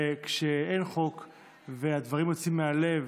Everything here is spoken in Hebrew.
וכשאין חוק והדברים יוצאים מהלב